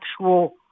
actual